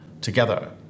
together